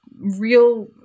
real